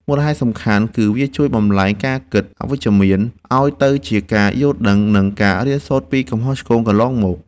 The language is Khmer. មូលហេតុសំខាន់គឺវាជួយបំប្លែងការគិតអវិជ្ជមានឱ្យទៅជាការយល់ដឹង និងការរៀនសូត្រពីកំហុសកន្លងមក។